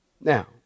Now